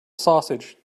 sausage